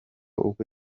ubwo